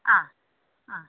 ആ ആ